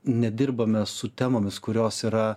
nedirbame su temomis kurios yra